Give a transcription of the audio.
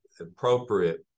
appropriate